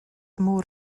môr